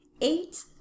eight